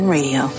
Radio